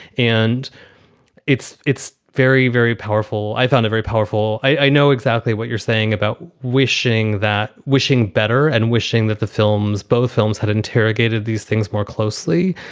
and it's it's very, very powerful. i found it very powerful. i know exactly what you're saying about wishing that wishing better and wishing that the films, both films had interrogated these things more closely.